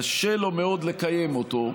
קשה לו מאוד לקיים אותו.